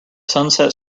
sunset